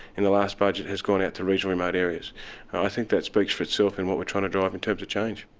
in the last budget, has gone out to regional and remote areas and i think that speaks for itself in what we're trying to drive in terms of change.